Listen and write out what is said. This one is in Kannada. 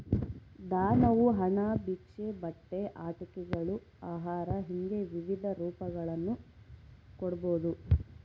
ದಾನವು ಹಣ ಭಿಕ್ಷೆ ಬಟ್ಟೆ ಆಟಿಕೆಗಳು ಆಹಾರ ಹಿಂಗೆ ವಿವಿಧ ರೂಪಗಳನ್ನು ಕೊಡ್ಬೋದು